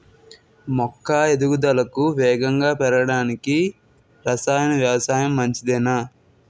మొక్క ఎదుగుదలకు వేగంగా పెరగడానికి, రసాయన వ్యవసాయం మంచిదేనా?